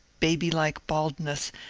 baby-like baldness,